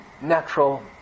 natural